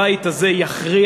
הבית הזה יכריע,